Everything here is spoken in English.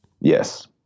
Yes